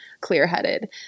clear-headed